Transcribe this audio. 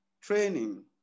training